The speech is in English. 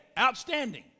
Outstanding